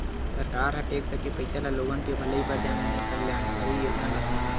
सरकार ह टेक्स के पइसा ल लोगन के भलई बर जनकल्यानकारी योजना लाथे